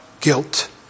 guilt